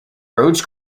roads